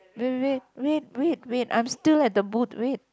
wait wait wait wait wait I'm still at the boot wait